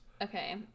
Okay